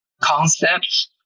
concepts